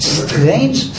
strange